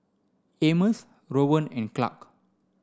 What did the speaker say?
Amos Rowan and Clarke